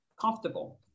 comfortable